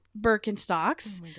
Birkenstocks